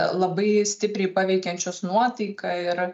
labai stipriai paveikiančios nuotaiką ir